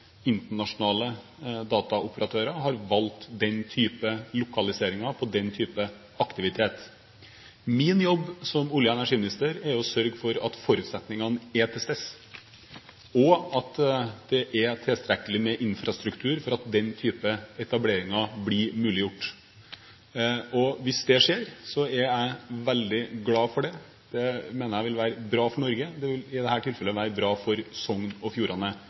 internasjonale dataoperatører har valgt den typen lokaliseringer av den typen aktivitet. Min jobb som olje- og energiminister er å sørge for at forutsetningene er til stede, og at det er tilstrekkelig med infrastruktur til at den type etableringer blir muliggjort. Hvis det skjer, er jeg veldig glad for det. Det mener jeg vil være bra for Norge, og det vil i dette tilfellet være bra for Sogn og Fjordane.